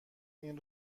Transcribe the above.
این